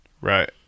Right